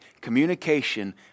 Communication